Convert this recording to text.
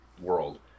world